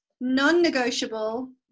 non-negotiable